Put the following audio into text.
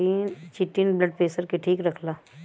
chitin blood pressure के ठीक रखला